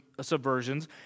subversions